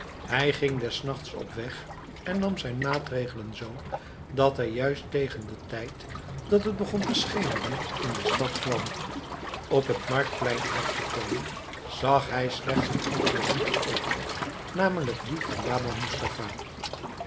hij ging des nachts op weg en nam zijn maatregelen zoo dat hij juist tegen den tijd dat het begon te schemeren in de stad kwam op het marktplein aangekomen zag hij slechts een enkelen winkel open namelijk dien van baba